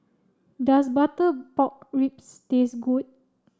does butter pork ribs taste good